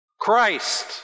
Christ